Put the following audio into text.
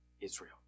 Israel